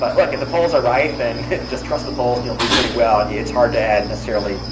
but like if the polls are right, then just trust the polls, and you'll do pretty well. and yeah it's hard to add, necessarily,